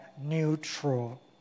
neutral